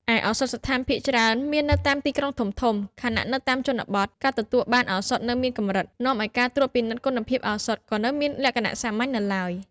ឯឱសថស្ថានភាគច្រើនមាននៅតាមទីក្រុងធំៗ ខណៈនៅតាមជនបទ ការទទួលបានឱសថនៅមានកម្រិត នាំឱ្យការត្រួតពិនិត្យគុណភាពឱសថក៏នៅមានលក្ខណៈសាមញ្ញនៅឡើយ។